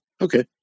okay